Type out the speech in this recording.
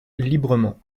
librement